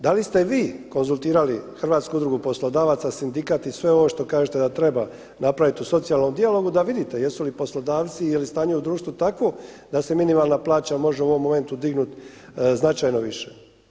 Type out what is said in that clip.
Da li ste vi konzultirali Hrvatsku udrugu poslodavaca, sindikat i sve ovo što kažete da treba napraviti u socijalnom dijalogu da vidite jesu li poslodavci, je li stanje u društvu takvo da se minimalna plaća može u ovom momentu dignuti značajno više?